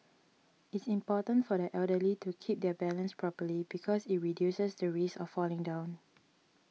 it's important for the elderly to keep their balance properly because it reduces the risk of falling down